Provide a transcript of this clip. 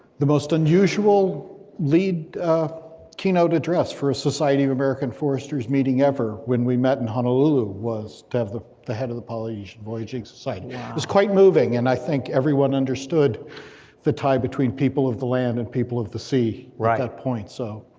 the most unusual lead keynote address for a society of american foresters meeting ever, when we met in honolulu was to have the the head of the polynesian voyaging society. it was quite moving, and i think everyone understood the tie between people of the land and people of the sea, we're at that point, so.